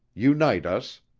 unite us!